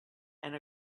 and